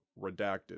redacted